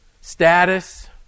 Status